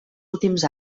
últims